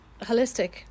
holistic